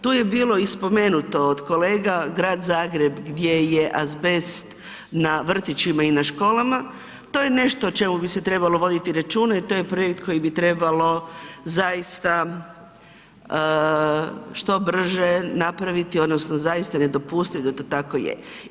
Tu je bilo i spomenuto od kolega, Grad Zagreb, gdje je azbest na vrtićima i na školama, to je nešto o čemu bi se trebalo voditi računa i to je projekt koji bi trebalo zaista što brže napraviti, odnosno zaista ne dopustiti da to tako je.